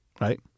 Right